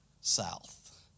south